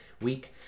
week